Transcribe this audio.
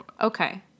Okay